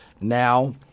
now